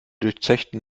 durchzechten